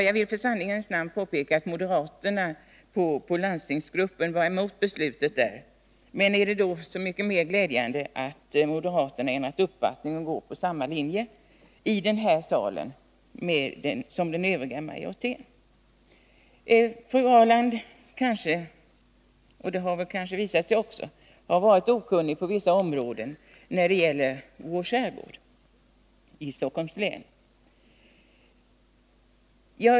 Jag vill i sanningens namn påpeka att moderaterna i landstingsgruppen var emot det beslut som fattades där, och det är då så mycket mer glädjande att moderaterna i den här salen sedan ändrat uppfattning och anslutit sig till samma linje som den övriga majoriteten. Fru Karin Ahrland har kanske — det har också visat sig vara fallet — varit okunnig på vissa områden när det gäller vår skärgård i Stockholms län.